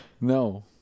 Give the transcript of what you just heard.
No